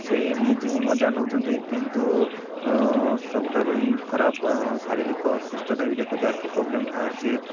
ସେଇ ନିଜେ ହିଁ ମଜା ନେଉଛନ୍ତି କିନ୍ତୁ ସବୁଠାରୁ ହିଁ ଖରାପ ଶାରୀରିକ ଅସୁସ୍ଥତା ବି ଦେଖାଉଛି ଆଖି ପ୍ରୋବ୍ଲେମ୍ ବାହାରୁଛି